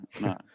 no